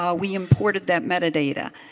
ah we imported that metadata.